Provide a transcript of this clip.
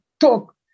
talk